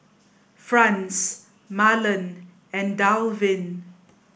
Franz Marlen and Dalvin